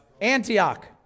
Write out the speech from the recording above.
Antioch